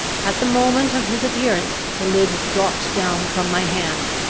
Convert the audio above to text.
at the moment of his appearance the lid dropped down from my hand.